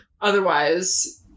Otherwise